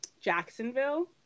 Jacksonville